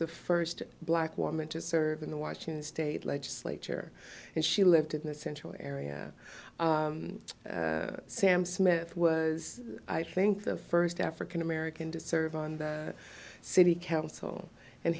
the first black woman to serve in the washington state legislature and she lived in the central area sam smith was i think the first african american to serve on the city council and